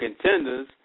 contenders